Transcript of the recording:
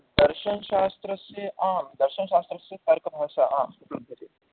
दर्शनशास्त्रस्य आम् दर्शनशास्त्रस्य तर्कभाषा आं वर्तते